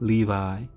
Levi